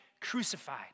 crucified